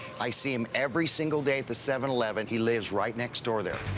i see him every single day at the seven eleven. he lives right next door there.